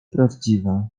prawdziwe